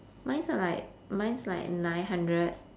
mine's are like mine's like nine hundred